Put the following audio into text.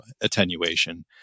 attenuation